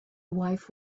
wife